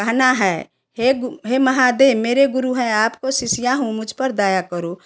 कहना है हे गु हे महादेव मेरे गुरु हैं आपको शिष्या हूँ मुझ पर दया करो